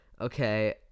Okay